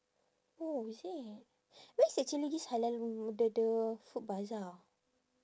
oh is it where's actually this halal mm the the food bazaar